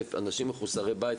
200,000 אנשים מחוסרי בית,